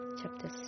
chapter